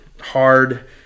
hard